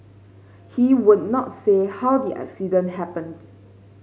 he would not say how the accident happened